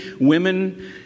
women